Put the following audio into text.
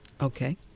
Okay